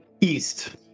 east